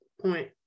point